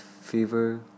fever